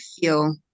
feel